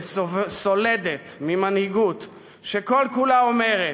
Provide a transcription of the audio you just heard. וסולדת ממנהיגות שכל-כולה אומרת: